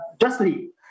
justly